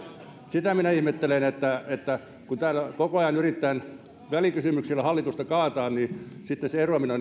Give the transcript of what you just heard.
sitä minä ihmettelen että että kun täällä koko ajan yritetään välikysymyksillä hallitusta kaataa niin sitten se eroaminen